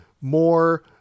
more